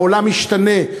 העולם משתנה,